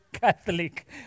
Catholic